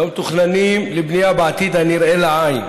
לא מתוכננים לבנייה בעתיד הנראה לעין.